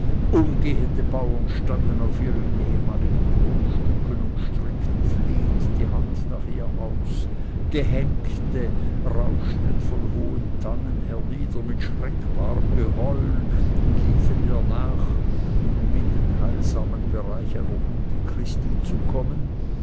umgehende bauern standen auf ihren ehemaligen grundstücken und streckten flehend die hand nach ihr aus gehenkte rauschten von hohen tannen hernieder mit schreckbarem geheul und liefen ihr nach um in den heilsamen bereich einer guten christin zu kommen